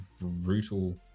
brutal